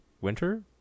winter